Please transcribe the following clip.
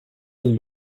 elle